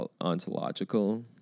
ontological